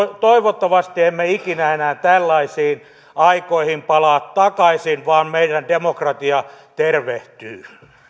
toivottavasti emme ikinä enää tällaisiin aikoihin palaa takaisin vaan meidän demokratia tervehtyy